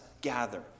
gather